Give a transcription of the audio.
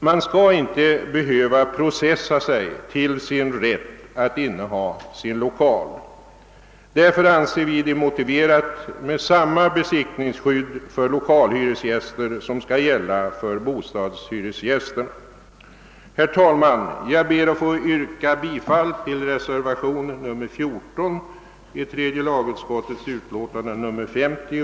Man skall inte behöva processa sig till sin rätt att inneha sin lokal. Därför anser vi det vara motiverat att ha samma besittningsskydd för lokalhyresgäster som det som skall gälla för bostadshyresgäster. Herr talman! Jag ber att få yrka bifall till reservationen XIV vid tredje lagutskottets utlåtande nr 50.